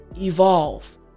evolve